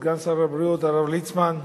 חברי הכנסת,